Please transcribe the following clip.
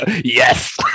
yes